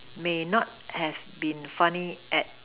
may not have been funny at